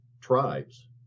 tribes